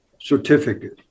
certificate